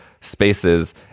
spaces